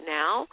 now